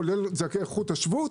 כולל זכאי חוק השבות,